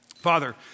Father